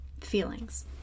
feelings